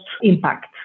impact